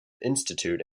institute